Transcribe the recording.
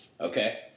Okay